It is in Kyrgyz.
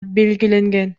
белгиленген